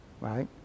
Right